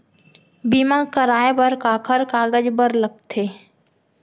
बीमा कराय बर काखर कागज बर लगथे?